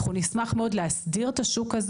אנחנו נשמח מאוד להסדיר את השוק,